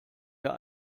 wir